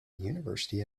university